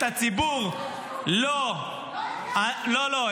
את הציבור ------ לא, לא, לא.